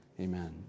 Amen